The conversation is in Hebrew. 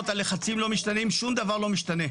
הלחצים לא משתנים, שום דבר לא משתנה.